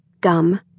gum